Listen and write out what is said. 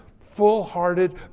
full-hearted